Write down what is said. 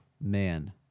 man